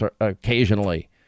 occasionally